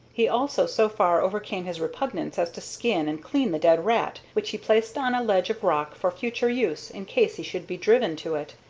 he also so far overcame his repugnance as to skin and clean the dead rat, which he placed on a ledge of rock for future use in case he should be driven to it.